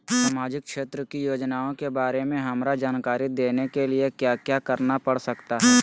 सामाजिक क्षेत्र की योजनाओं के बारे में हमरा जानकारी देने के लिए क्या क्या करना पड़ सकता है?